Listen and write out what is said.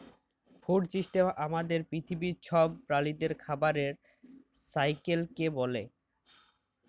food system আমাদের পিথিবীর ছব প্রালিদের খাবারের সাইকেলকে ব্যলে